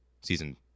season